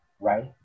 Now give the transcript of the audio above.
right